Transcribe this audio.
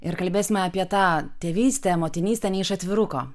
ir kalbėsime apie tą tėvystę motinystę ne iš atviruko